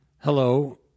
hello